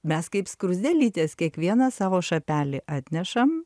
mes kaip skruzdėlytės kiekvieną savo šapelį atnešam